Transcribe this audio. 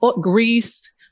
Greece